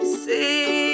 see